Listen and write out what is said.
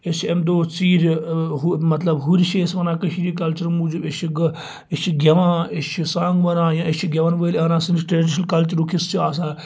أسۍ چھِ امہِ دۄہ ژیر ہُر مَطلَب ہُر چھ أسۍ وَنان کٔشیرِ کَلچَر موٗجوٗب أسۍ چھِ أسۍ چھِ گیٚوان أسۍ چھِ سانٛگ وَنان یا أسۍ چھِ گیٚون وٲلۍ اَنان سٲنِس ٹرٛیڈشَنُک کَلچَرُک حصہٕ چھِ آسان